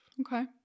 Okay